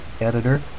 editor